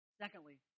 Secondly